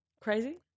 Crazy